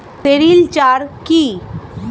Sericulture কি?